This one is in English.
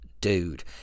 dude